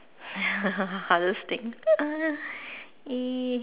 hardest thing